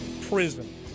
prison